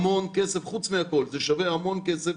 חוץ מהכול זה שווה המון כסף,